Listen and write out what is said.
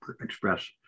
express